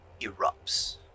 erupts